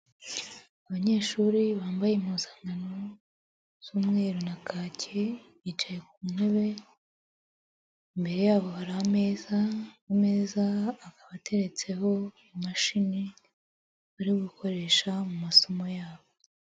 Abanyeshuri bambaye impuzankano z'umweru na kacyi, bicaye ku ntebe, imbere yabo hari ameza, ameza akaba ateretseho imashini bari gukoresha mu masomo yabo.